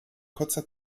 kurzer